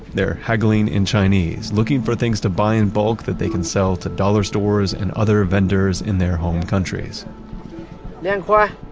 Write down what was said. they're haggling in chinese, looking for things to buy in bulk that they can sell to dollar stores and other vendors in their home countries yeah ah